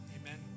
Amen